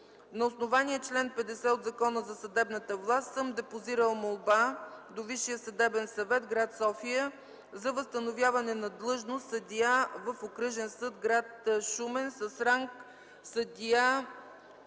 На основание чл. 50 от Закона за съдебната власт съм депозирал молба до Висшия съдебен съвет – гр. София, за възстановяване на длъжност съдия в Окръжен съд – гр. Шумен, с ранг съдия